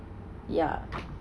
ya